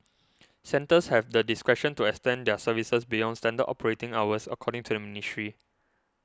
centres have the discretion to extend their services beyond standard operating hours according to the ministry